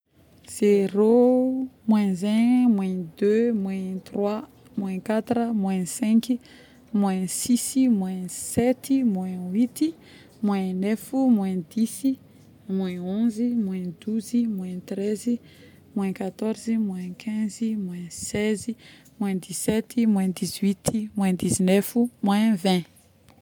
Zero, moins un, moins deux, moins trois, moins quatre, moins cinq, moins six, moins sept, moins huit, moins neuf, moins dix, moins onze, moins douze, moins treize, moins quatorze, moins quinze, moins seize, moins dix-sept, moins dix -huit, moins dix -neuf, moins vingt